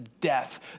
death